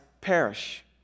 perish